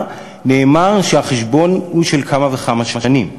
נאמר שהחשבון הוא של כמה וכמה שנים.